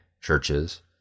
churches